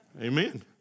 Amen